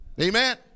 Amen